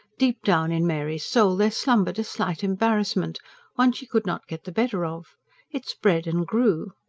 deep down in mary's soul there slumbered a slight embarrassment one she could not get the better of it spread and grew.